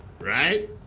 Right